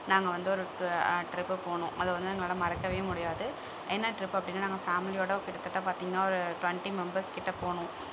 நாங்கள் வந்து ட்ரிப்பு போனோம் அது வந்து எங்களால் மறக்கவே முடியாது என்ன ட்ரிப்பு அப்படின்னா நாங்கள் ஃபேமிலியோடு கிட்டத்தட்ட பார்த்தீங்கனா ஒரு டுவென்ட்டி மெம்பர்ஸ் கிட்ட போனோம்